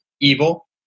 evil